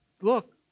look